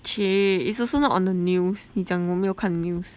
chey it's also not on the news 你讲我没有看 news